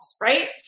right